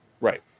Right